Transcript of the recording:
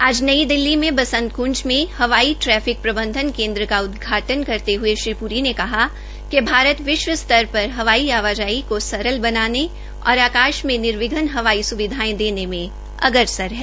आज नई दिल्ली में बसंत कृंज में हवाई ट्रैफिक प्रबंधन केन्द्र का उदघाटन करते हुए श्री पुरी ने कहा कि भारत विश्व स्तर पर हवाई आवाजाई को सरल बनाने और आकाश में निर्विघ्न हवाई सुविधायें देने में अग्रसर है